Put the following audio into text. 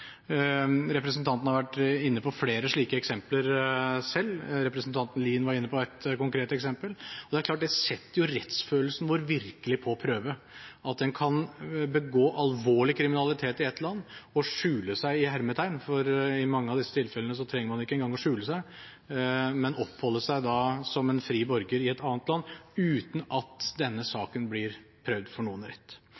Representanten har vært inne på flere slike eksempler selv. Representanten Lien var inne på ett konkret eksempel, og det er jo klart at det setter rettsfølelsen vår virkelig på prøve at en kan begå alvorlig kriminalitet i ett land og «skjule seg» – i mange av disse tilfellene trenger man ikke engang å skjule seg, men oppholder seg som en fri borger i et annet land – uten at saken blir prøvd for noen rett.